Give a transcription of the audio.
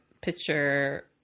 picture